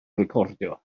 recordio